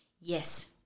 Yes